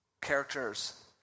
Characters